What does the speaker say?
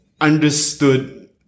understood